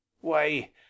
Why